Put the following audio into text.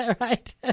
Right